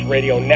Radio